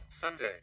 Sunday